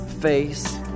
face